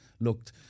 looked